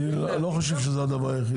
אני לא חושב שזה הדבר היחידי.